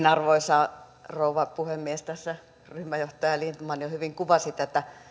arvoisa rouva puhemies tässä ryhmänjohtaja lindtman jo hyvin kuvasi tätä